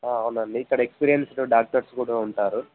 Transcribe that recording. ఆ అవునండి ఇక్కడ ఎక్స్పీరియన్స్డ్ డాక్టర్స్ కూడా ఉంటారు